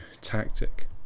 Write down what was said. tactic